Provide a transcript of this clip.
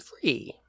free